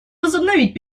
возобновить